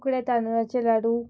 उकडे तांदूळाचे लाडू